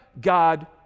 God